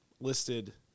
listed